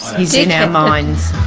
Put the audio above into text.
he's in our minds